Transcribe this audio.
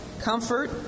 comfort